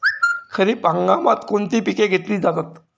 खरीप हंगामात कोणती पिके घेतली जातात?